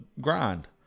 grind